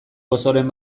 gozoren